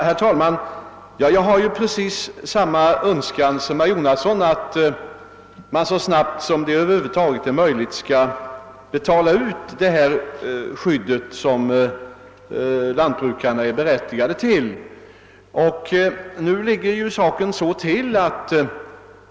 Herr talman! Liksom herr Jonasson önskar också jag att det skördeskadeskydd som lantbrukarna är berättigade till skall betalas ut så snabbt som det över huvud taget är möjligt.